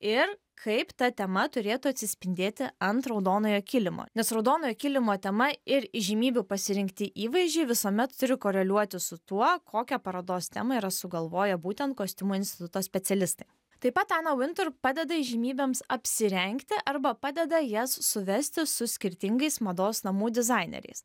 ir kaip ta tema turėtų atsispindėti ant raudonojo kilimo nes raudonojo kilimo tema ir įžymybių pasirinkti įvaizdžiai visuomet turi koreliuoti su tuo kokią parodos temą yra sugalvoję būtent kostiumų instituto specialistai taip pat ana vintur padeda įžymybėms apsirengti arba padeda jas suvesti su skirtingais mados namų dizaineriais